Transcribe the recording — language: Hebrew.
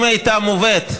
אם היא הייתה מובאת,